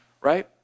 right